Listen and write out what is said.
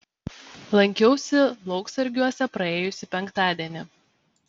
lankiausi lauksargiuose praėjusį penktadienį